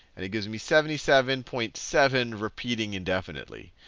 and it gives me seventy seven point seven repeating indefinitely.